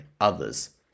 others